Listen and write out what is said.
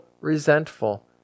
resentful